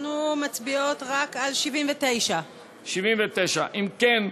אנחנו מצביעות רק על 79. אם כן,